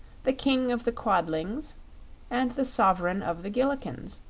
the king of the quadlings and the sovereign of the gillikins,